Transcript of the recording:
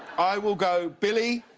i will go billy,